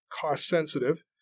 cost-sensitive